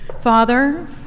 Father